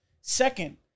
Second